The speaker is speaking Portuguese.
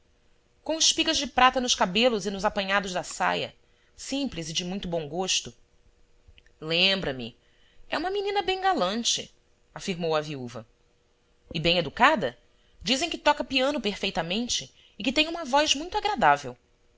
azul com espigas de prata nos cabelos e nos apanhados da saia simples e de muito bom gosto lembra-me é uma menina bem galante afirmou a viúva e bem educada dizem que toca piano perfeitamente e que tem uma voz muito agradável